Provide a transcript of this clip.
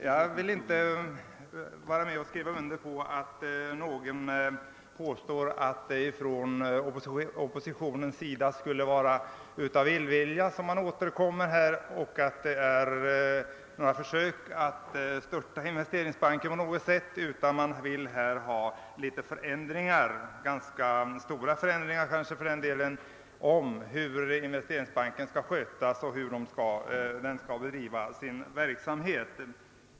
Jag vill inte med detta påstå att oppositionen hyser någon illvilja mot Investeringsbanken eller skulle försöka störta den, utan man önskar förändringar i Investeringsbankens skötsel och dess sätt att bedriva sin verksamhet.